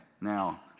Now